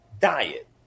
diet